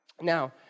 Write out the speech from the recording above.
Now